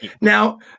now